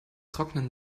trocknen